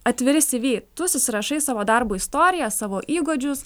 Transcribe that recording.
atviri cv tu susirašai savo darbo istoriją savo įgūdžius